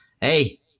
hey